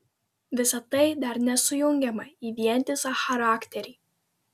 visa tai dar nesujungiama į vientisą charakterį